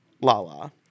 Lala